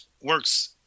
works